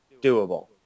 doable